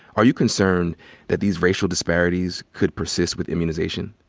are you concerned that these racial disparities could persist with immunization?